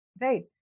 right